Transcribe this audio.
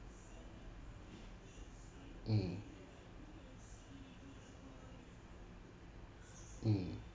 mm mm